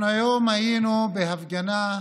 אנחנו היום היינו בהפגנה,